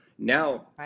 Now